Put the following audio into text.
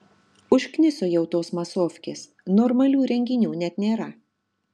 užkniso jau tos masofkės normalių renginių net nėra